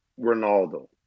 Ronaldo